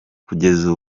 kugeza